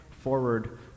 forward